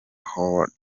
howard